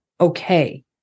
okay